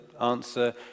answer